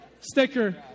sticker